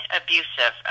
abusive